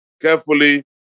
carefully